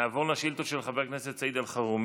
נעבור לשאילתות של חבר הכנסת סעיד אלחרומי,